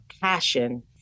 passion